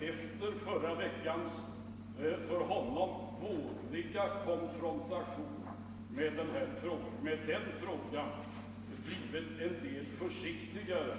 Efter förra veckans för honom vådliga konfrontation med frågan har herr Carlshamre blivit något försiktigare.